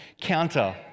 counter